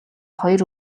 хоёр